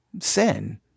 sin